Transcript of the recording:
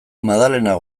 madalenak